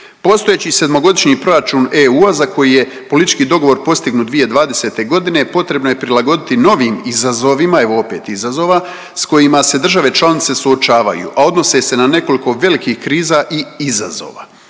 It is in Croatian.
postojeći sedmogodišnji proračun EU-a za koji je politički dogovor postignut 2020. godine potrebno je prilagoditi novim izazovima evo opet izazova, s kojima se države članice suočavaju, a odnose se na nekoliko velikih kriza i izazova,